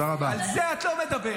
על זה את לא מדברת.